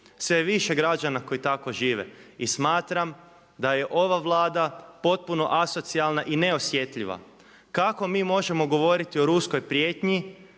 je više građana koji tako žive. I smatram da je ova Vlada potpuno asocijalna i neosjetljiva. Kako mi možemo govoriti o ruskoj prijetnji